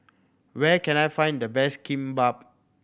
where can I find the best Kimbap